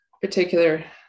particular